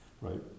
right